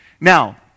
Now